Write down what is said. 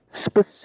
specific